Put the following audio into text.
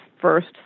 first